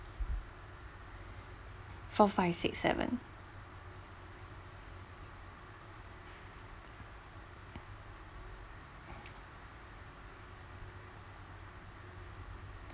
four five six seven